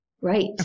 Right